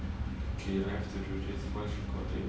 okay we have to do this voice recording